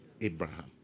Abraham